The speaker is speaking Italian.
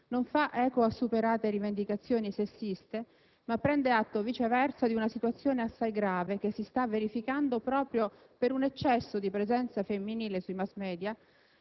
non fa eco a superate rivendicazioni sessiste, ma prende atto, viceversa, di una situazione assai grave che si sta verificando proprio per un eccesso di presenza femminile sui *mass media*,